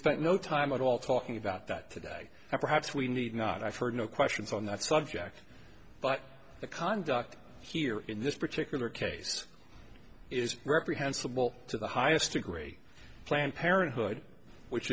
spent no time at all talking about that today and perhaps we need not i've heard no questions on that subject but the conduct here in this particular case is reprehensible to the highest degree planned parenthood which